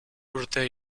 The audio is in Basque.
urte